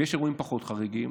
ויש אירועים פחות חריגים,